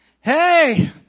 hey